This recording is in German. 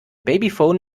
babyphon